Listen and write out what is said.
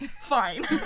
fine